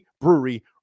Brewery